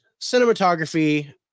cinematography